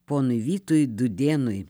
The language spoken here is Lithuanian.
ponui vytui dudėnui